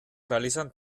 realizan